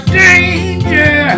danger